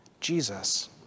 Jesus